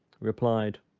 replied